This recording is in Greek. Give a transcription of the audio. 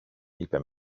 είπε